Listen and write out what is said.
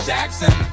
Jackson